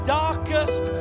darkest